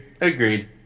Agreed